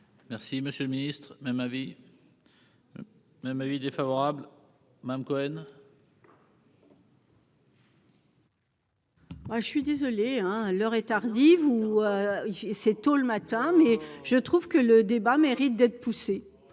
Merci, Monsieur le Ministre, même avis même avis défavorable Madame Cohen. Moi, je suis désolé, hein, l'heure est tardive, ou c'est tôt le matin mais je trouve que le débat mérite d'être poussé